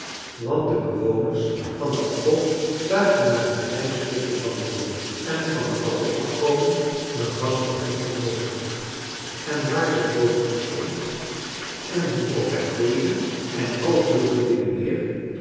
want de bewoners van den appel zagen maar een klein stukje van den boom en van den appel afkomen dat was voor hen onmogelijk en wààr de boom op stond en hoe of hij groeide en al zulke dingen meer